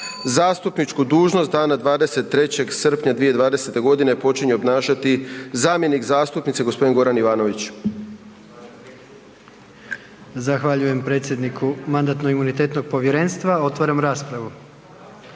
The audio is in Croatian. zastupničku dužnost dana 23. srpnja 2020. godine počinje obnašati zamjenik zastupnice gospodin Goran Ivanović. **Jandroković, Gordan (HDZ)** Zahvaljujem predsjedniku Mandatno-imunitetno povjerenstva. Otvaram raspravu.